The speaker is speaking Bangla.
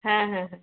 হ্যাঁ হ্যাঁ হ্যাঁ